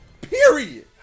Period